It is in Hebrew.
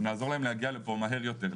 אם נעזור להם להגיע לפה מהר יותר,